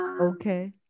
okay